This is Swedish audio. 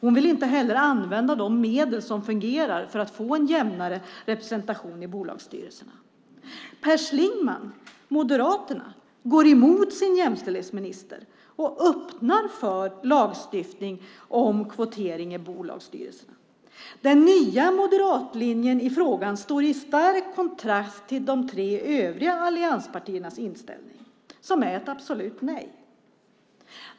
Hon vill inte heller använda de medel som fungerar för att få en jämnare representation i bolagsstyrelserna. Per Schlingmann, Moderaterna, går emot sin jämställdhetsminister och öppnar för lagstiftning om kvotering i bolagsstyrelserna. Den nya moderatlinjen i frågan står i skarp kontrast till de tre övriga allianspartiernas inställning som är ett absolut nej.